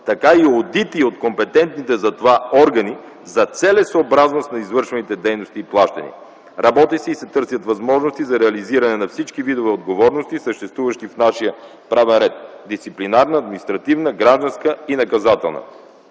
така и одити от компетентните за това органи за целесъобразност на извършваните дейности и плащания. Работи се и се търсят възможности за реализиране на всички видове отговорности, съществуващи в нашия правен ред – дисциплинарна, административна, гражданска и наказателна.